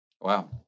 Wow